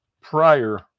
prior